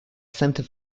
centre